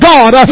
God